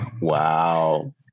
Wow